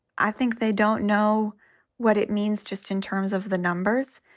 i think they don't know what it means just in terms of the numbers.